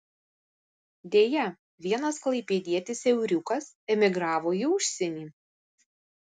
deja vienas klaipėdietis euriukas emigravo į užsienį